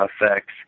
effects